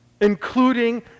including